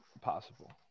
possible